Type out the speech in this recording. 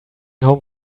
home